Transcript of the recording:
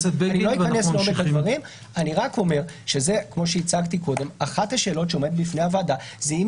אני רק אומר שאחת השאלות שעומדות בפני הוועדה זה האם